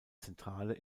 zentrale